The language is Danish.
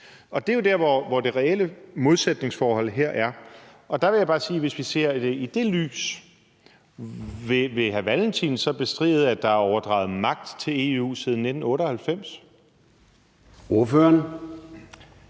ej. Det er jo der, hvor det reelle modsætningsforhold her er, og der vil jeg bare sige: Hvis vi ser det i det lys, vil hr. Kim Valentin så bestride, at der er overdraget magt til EU siden 1998? Kl.